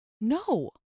No